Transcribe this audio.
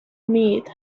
mead